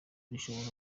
rishobora